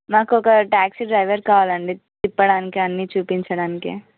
నాకు ఒక taxi driver కావాలి అండి తిప్పడానికి అన్ని చూపించడానికి